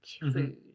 food